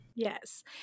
Yes